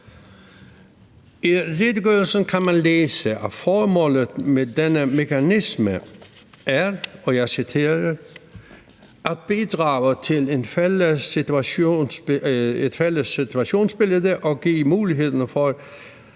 I redegørelsen kan man læse, at formålet med denne mekanisme er »at bidrage til et fælles situationsbillede og give mulighed for